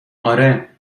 آره